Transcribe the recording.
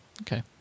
Okay